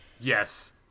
Yes